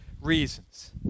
reasons